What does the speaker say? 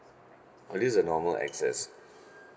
oh this is the normal X S